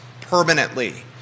permanently